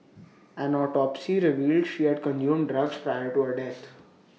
an autopsy revealed she had consumed drugs prior to her death